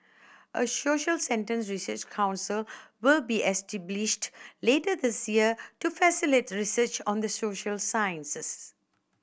a social sentence research council will be later this year to facilitate research on the social sciences